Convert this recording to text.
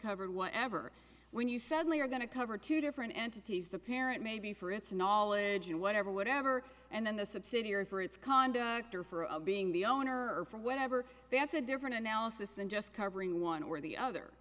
covered whatever when you suddenly are going to cover two different entities the parent may be for its knowledge and whatever whatever and then the subsidiary for its conduct or for of being the owner or from whenever that's a different analysis than just covering one or the other